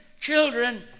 children